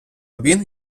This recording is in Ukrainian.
він